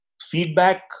feedback